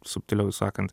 subtiliau sakant